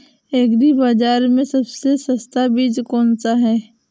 Agree बाज़ार में सबसे सस्ता बीज कौनसा है?